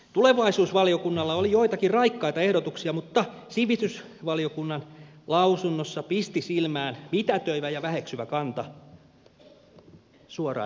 tulevaisuusvaliokunnalla oli joitakin raikkaita ehdotuksia mutta sivistysvaliokunnan lausunnossa pisti silmään mitätöivä ja väheksyvä kanta suoraa demokratiaa kohtaan